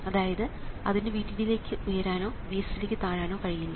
അതായത് അതിന് VDD ലേക്ക് ഉയരാനോ VSS ലേക്ക് താഴാനോ കഴിയില്ല